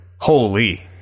Holy